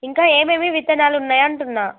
ఇంకా ఏమేమి విత్తనాలు ఉన్నాయి అంటున్నాను